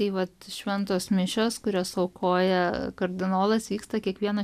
taip vat šventos mišios kurias aukoja kardinolas vyksta kiekvieną